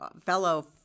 fellow